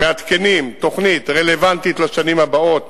מעדכנים תוכנית רלוונטית לשנים הבאות,